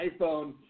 iPhone